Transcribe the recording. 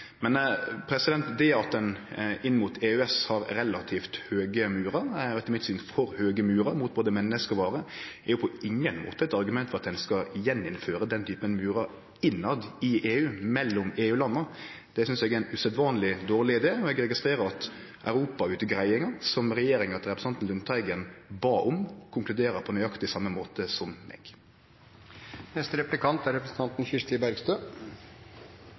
Det at ein inn mot EØS har relativt høge murar – etter mitt syn for høge murar – mot både menneske og varer, er på ingen måte eit argument for at ein skal gjeninnføre den typen murar innanfor EU, mellom EU-landa. Det synest eg er ein usedvanleg dårleg idé. Eg registrerer at Europa-utgreiinga, som regjeringa til representanten Lundteigen bad om, konkluderer på nøyaktig same måte som